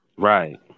right